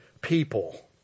people